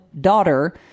daughter